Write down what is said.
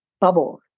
bubbles